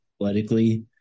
athletically